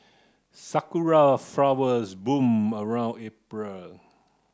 sakura flowers bloom around April